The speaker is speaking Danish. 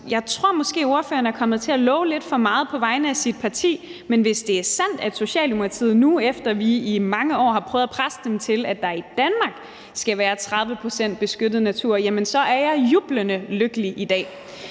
Jeg tror måske, fru Maria Durhuus er kommet til at love lidt for meget på vegne af sit parti, men hvis det er sandt, at Socialdemokratiet nu, efter at vi i mange år har prøvet at presse dem til det, vil have, at der i Danmark skal være 30 pct. beskyttet natur, jamen så er jeg jublende lykkelig i dag.